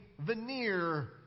veneer